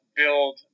build